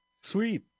Sweet